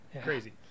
crazy